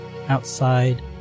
outside